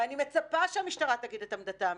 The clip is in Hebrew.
ואני מצפה שהמשטרה תגיד את עמדתה המקצועית.